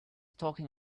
talking